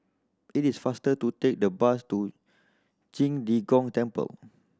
it is faster to take the bus to Qing De Gong Temple